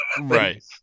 right